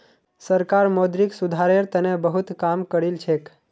सरकार मौद्रिक सुधारेर तने बहुत काम करिलछेक